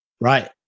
Right